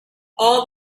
all